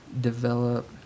develop